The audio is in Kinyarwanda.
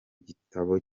gitabo